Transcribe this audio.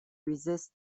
resist